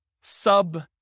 sub